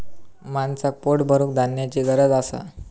माणसाक पोट भरूक धान्याची गरज असा